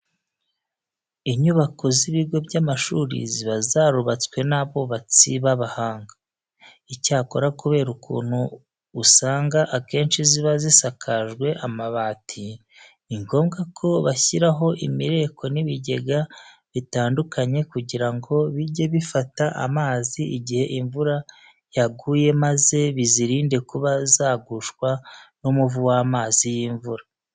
Inyubako z'ibigo by'amashuri ziba zarubatswe n'abubatsi b'abahanga. Icyakora kubera ukuntu usanga akenshi ziba zisakajwe amabati, ni ngombwa ko bashyiraho imireko n'ibigega bitandukanye kugira ngo bijye bifata amazi igihe imvura yaguye maze bizirinde kuba zagushwa n'umuvu w'amazi y'imvura.